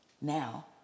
Now